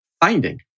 finding